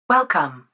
Welcome